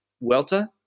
welter